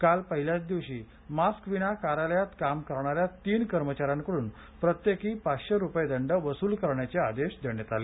काल पहिल्याच दिवशी मास्क विना कार्यालयात काम करणाऱ्या तीन कर्मचाऱ्यांकडून प्रत्येकी पाचशे रुपये दंड वसूल करण्याचे आदेश देण्यात आले